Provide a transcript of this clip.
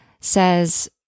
says